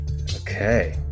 okay